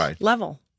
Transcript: level